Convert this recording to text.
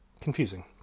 Confusing